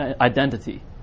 identity